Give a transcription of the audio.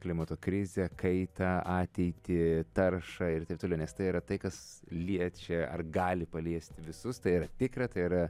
klimato krizę kaitą ateitį taršą ir taip toliau nes tai yra tai kas liečia ar gali paliesti visus tai ir tikra tai yra